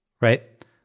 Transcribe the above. right